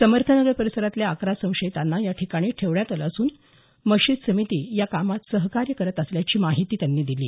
समर्थनगर परिसरातल्या अकरा संशयितांना याठिकाणी ठेवण्यात आलं असून मशीद समिती या कामात सहकार्य करत असल्याची माहिती त्यांनी दिली